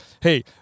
Hey